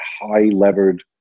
high-levered